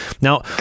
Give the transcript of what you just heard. Now